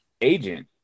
agent